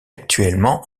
actuellement